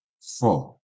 four